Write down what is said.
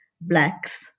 blacks